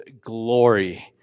glory